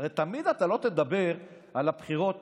הרי תמיד אתה לא תדבר על הבחירות